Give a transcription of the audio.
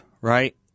right